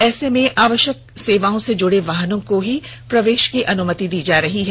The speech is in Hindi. ऐसे में आवष्यक सेवाओं से जुड़े वाहनों को ही प्रवेष की अनुमति दी जा रही है